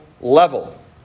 level